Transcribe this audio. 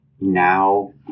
now